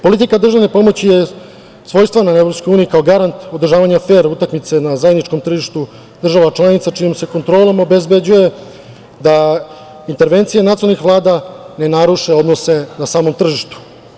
Politika državne pomoći je svojstvena u EU kao garant održavanja fer utakmice na zajedničkom tržištu država članica, čijom se kontrolom obezbeđuje da intervencija nacionalnih Vlada ne naruše odnose na samom tržištu.